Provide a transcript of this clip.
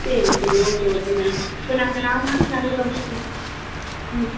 சரி சரி okay okay madam இப்போ நாங்கள் நால் நாள் தங்கறோம் ம்